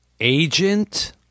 agent